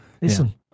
Listen